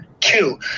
Two